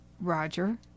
Roger